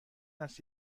است